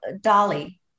dolly